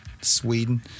Sweden